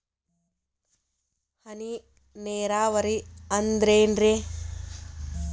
ಹನಿ ನೇರಾವರಿ ಅಂದ್ರೇನ್ರೇ?